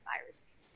viruses